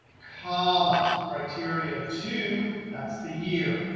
comma. criteria two that's the year.